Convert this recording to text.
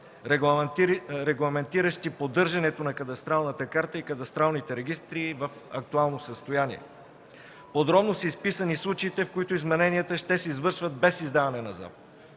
регламентиращи поддържането на кадастралната карта и кадастралните регистри в актуално състояние. Подробно са изписани случаите, в които измененията ще се извършват без издаване на заповед,